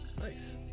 Nice